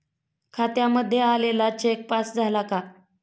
खात्यामध्ये आलेला cheque pass झाला का?